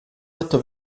otto